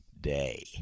day